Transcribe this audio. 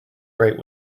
great